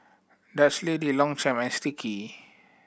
Dutch Lady Longchamp and Sticky